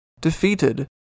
Defeated